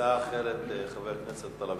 הצעה אחרת לחבר הכנסת טלב